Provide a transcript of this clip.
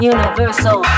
Universal